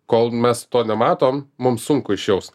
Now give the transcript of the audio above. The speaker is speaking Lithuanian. kol mes to nematom mum sunku išjaust